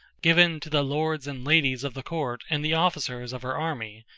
given to the lords and ladies of the court and the officers of her army,